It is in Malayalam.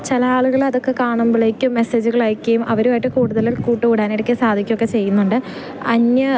ചില ആളുകൾ അതൊക്കെ കാണുമ്പോഴേക്കും മെസ്സേജുകൾ അയക്കുകയും അവരുമായിട്ട് കൂടുതൽ കൂട്ടുകൂടാനായിട്ടൊക്കെ സാധിക്കുകയൊക്കെ ചെയ്യുന്നുണ്ട് അന്യ